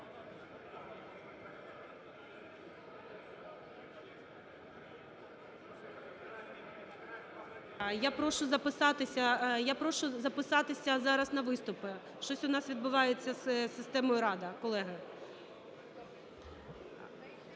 я прошу записатися зараз на виступи. Щось у нас відбувається з системою "Рада", колеги. Я